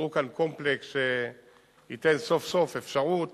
ייצרו כאן קומפלקס שייתן סוף-סוף אפשרות